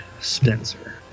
spencer